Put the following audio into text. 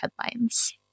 headlines